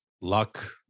luck